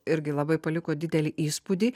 irgi labai paliko didelį įspūdį